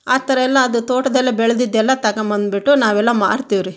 ಆ ಥರ ಎಲ್ಲ ಅದು ತೋಟದಲ್ಲೆ ಬೆಳೆದಿದ್ದೆಲ್ಲ ತಗೊಂಬಂದ್ಬಿಟ್ಟು ನಾವೆಲ್ಲ ಮಾರ್ತೀವಿ ರೀ